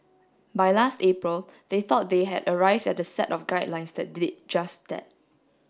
by last April they thought they had arrived at a set of guidelines that did just that